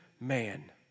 man